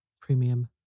Premium